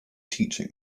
teaching